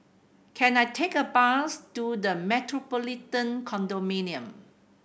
can I take a bus to The Metropolitan Condominium